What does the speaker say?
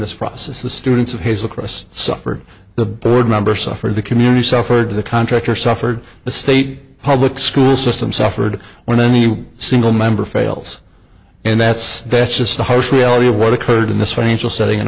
this process the students of his lacrosse suffered the board member suffered the community suffered the contractor suffered the state public school system suffered when any you single member fails and that's that's just the harsh reality of what occurred in this financial setting and